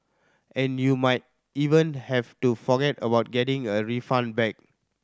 and you might even have to forget about getting a refund back